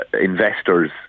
investors